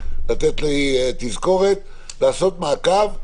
לתת לי תזכורת לעשות מעקב.